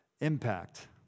impact